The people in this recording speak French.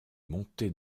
montée